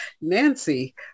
nancy